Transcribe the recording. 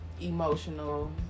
emotional